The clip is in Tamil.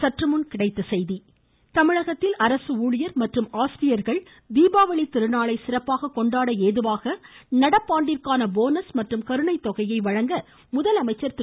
சற்றுமுன் கிடைத்த செய்தி தமிழகத்தில் அரசு ஊழியர் மற்றும் ஆசிரியர்கள் தீபாவளி திருநாளை சிறப்பாக கொண்டாட ஏதுவாக நடப்பாண்டிற்கான போனஸ் மற்றும் கருணைத்தொகையை வழங்க முதலமைச்சர் திரு